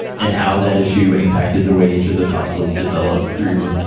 and how that issue impacted the way each of those hospitals developed through,